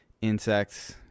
insects